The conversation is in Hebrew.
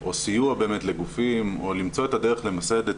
או סיוע לגופים או למצוא את הדרך למסד את